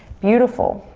beautiful.